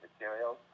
materials